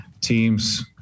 teams